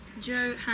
Joe